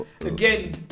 again